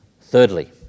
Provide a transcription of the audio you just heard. Thirdly